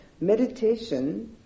Meditation